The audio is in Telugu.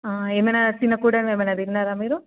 ఏమైనా తినకూడనివి ఏమైనా తిన్నరా మీరు